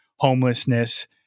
homelessness